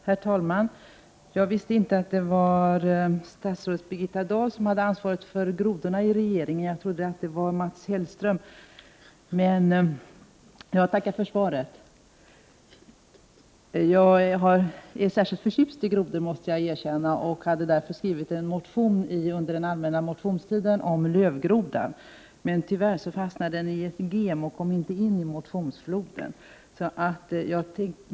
Herr talman! Jag visste inte att det var statsrådet Birgitta Dahl som hade ansvaret för grodorna i regeringen — jag trodde att det var Mats Hellström. Men jag tackar statsrådet för svaret. Jag är särskilt förtjust i grodor, måste jag erkänna, och jag hade därför under den allmänna motionstiden skrivit en motion om lövgrodan, men tyvärr fastnade den i ett gem och kom inte med i motionsfloden.